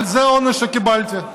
אבל זה העונש שקיבלתי.